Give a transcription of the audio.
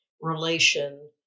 relation